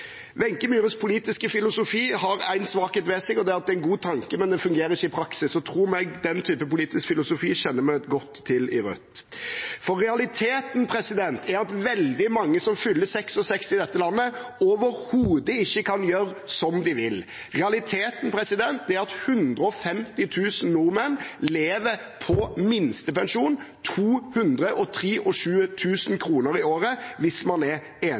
politiske filosofi har en svakhet ved seg, og det er at det er en god tanke, men den fungerer ikke i praksis. Tro meg, den typen politisk filosofi kjenner vi godt til i Rødt. Realiteten er at veldig mange som fyller 66 år i dette landet, overhodet ikke kan gjøre som de vil. Realiteten er at 150 000 nordmenn lever på minstepensjon: 223 000 kr i året hvis man er